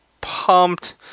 pumped